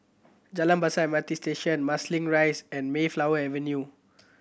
Jalan Besar M R T Station Marsiling Rise and Mayflower Avenue